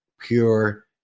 pure